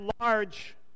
large